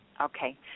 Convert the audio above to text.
Okay